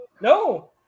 no